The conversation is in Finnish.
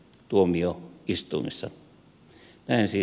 näin siis pajukoski